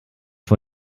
vor